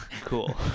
cool